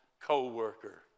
co-worker